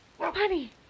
Honey